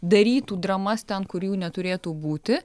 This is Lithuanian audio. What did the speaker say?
darytų dramas ten kur jų neturėtų būti